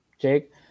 Jake